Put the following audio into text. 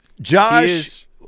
Josh